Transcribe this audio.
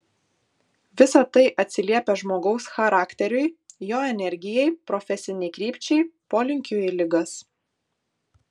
visa tai atsiliepia žmogaus charakteriui jo energijai profesinei krypčiai polinkiui į ligas